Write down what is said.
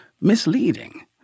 misleading